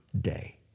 day